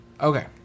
Okay